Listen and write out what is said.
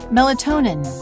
Melatonin